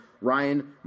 Ryan